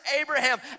Abraham